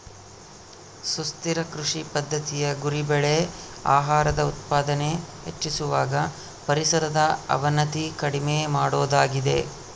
ಸುಸ್ಥಿರ ಕೃಷಿ ಪದ್ದತಿಯ ಗುರಿ ಬೆಳೆ ಆಹಾರದ ಉತ್ಪಾದನೆ ಹೆಚ್ಚಿಸುವಾಗ ಪರಿಸರದ ಅವನತಿ ಕಡಿಮೆ ಮಾಡೋದಾಗಿದೆ